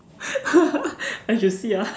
I should see ah